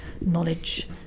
knowledge